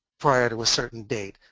prior to a certain date.